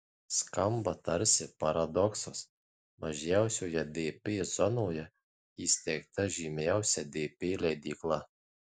skamba tarsi paradoksas mažiausioje dp zonoje įsteigta žymiausia dp leidykla